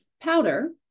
powder